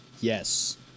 Yes